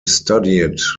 studied